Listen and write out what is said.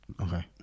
Okay